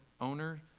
owner